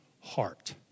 heart